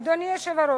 אדוני היושב-ראש,